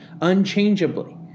Unchangeably